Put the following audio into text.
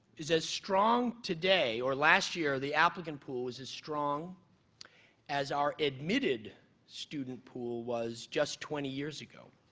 is as strong today, or last year the applicant pool is as strong as our admitted student pool was just twenty years ago.